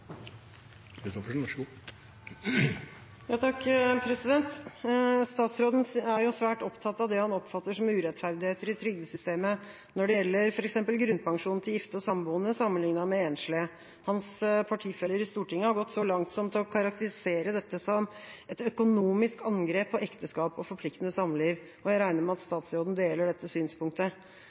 svært opptatt av det han oppfatter som urettferdigheter i trygdesystemet når det gjelder f.eks. grunnpensjonen til gifte og samboende sammenlignet med enslige. Hans partifeller i Stortinget har gått så langt som til å karakterisere dette som «et økonomisk angrep på ekteskap og forpliktende samliv», og jeg regner med at statsråden deler dette synspunktet.